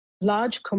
large